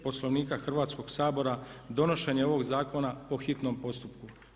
Poslovnika Hrvatskog sabora donošenje ovog zakona po hitnom postupku.